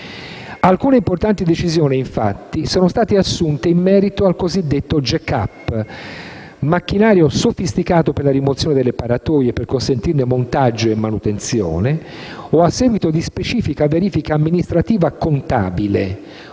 Alcune importanti decisioni, infatti, sono state assunte in merito al cosiddetto *jack-up*, macchinario sofisticato per la rimozione delle paratoie per consentirne montaggio e manutenzione o, a seguito di specifica verifica amministrativa e contabile,